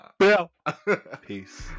peace